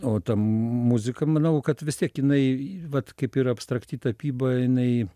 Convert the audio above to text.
o muzika manau kad vis tiek jinai vat kaip ir abstrakti tapyba jinai